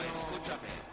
Escúchame